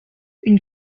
une